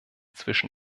zwischen